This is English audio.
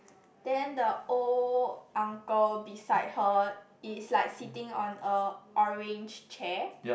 then the old uncle beside her is like sitting on a orange chair